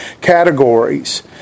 categories